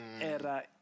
era